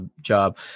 job